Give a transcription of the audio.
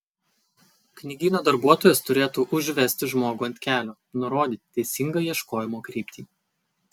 knygyno darbuotojas turėtų užvesti žmogų ant kelio nurodyti teisingą ieškojimo kryptį